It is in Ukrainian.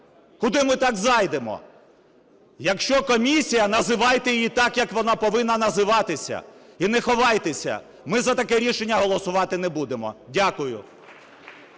Куди ми так зайдемо? Якщо комісія, називайте її так, як вона повинна називатися, і не ховайтеся. Ми за таке рішення голосувати не будемо. Дякую.